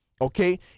okay